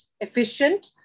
efficient